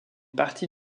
partie